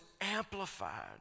amplified